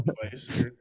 twice